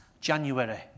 January